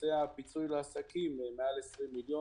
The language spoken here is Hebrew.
נושא הפיצוי לעסקים מעל 20 מיליון.